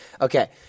Okay